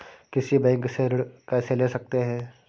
किसी बैंक से ऋण कैसे ले सकते हैं?